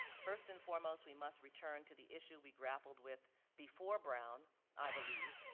first and foremost, we must return to the issue we grappled with before brown i believe,